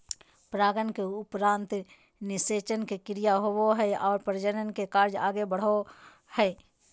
परागन के उपरान्त निषेचन के क्रिया होवो हइ और प्रजनन के कार्य आगे बढ़ो हइ